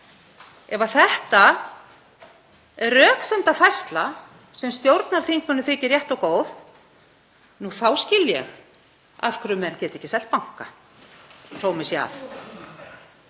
Ef þetta er röksemdafærsla sem stjórnarþingmönnum þykir rétt og góð þá skil ég af hverju menn geta ekki selt banka svo sómi sé að.